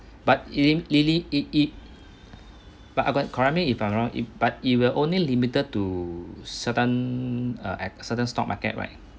but lily it it but correct me if I'm wrong but it will only limited to certain a accident stock market right